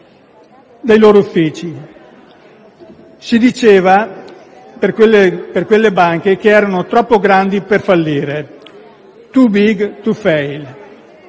dai loro uffici. Si diceva, per quelle banche, che erano troppo grandi per fallire: *too big to fail*;